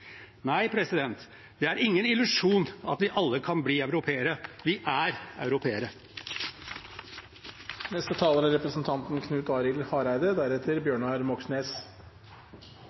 Nei, det er ingen illusjon at vi alle kan bli europeere. Vi er europeere. Eg vil òg starte med å takke utanriksministeren for ei svært god utgreiing. Og som representanten